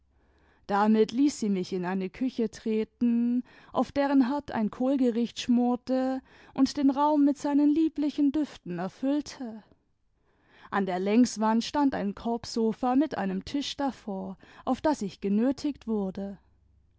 damit ließ sie mich in eine küche treten auf deren herd ein kohlgericht schmorte und den raum mit seinen lieblichen düften erfüllte an der längswand stand ein korbsofa mit einem tisch davor auf das ich genötigt wurde